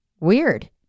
Weird